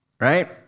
right